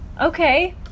Okay